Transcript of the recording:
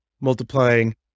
multiplying